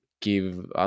give